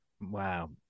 Wow